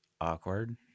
Awkward